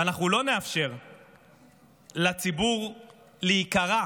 ואנחנו לא נאפשר לציבור להיקרע,